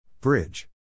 Bridge